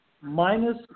minus